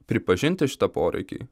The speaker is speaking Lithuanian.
pripažinti šitą poreikį